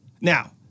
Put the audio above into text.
Now